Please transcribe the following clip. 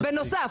בנוסף.